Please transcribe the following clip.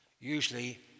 usually